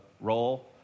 role